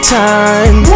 time